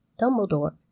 Dumbledore-